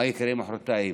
מה יקרה מוחרתיים.